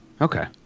Okay